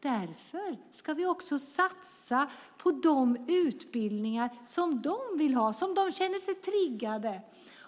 Därför ska vi också satsa på de utbildningar som de vill ha och känner sig triggade